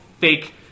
fake